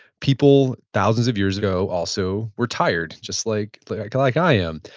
people thousands of years ago also were tired. just like like like i am.